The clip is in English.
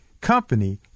company